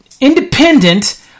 independent